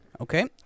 Okay